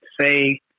say